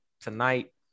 tonight